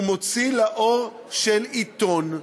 הוא מוציא לאור של עיתון.